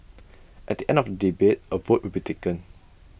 at the end of the debate A vote will be taken